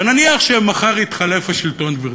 ונניח שמחר יתחלף השלטון, גברתי,